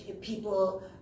people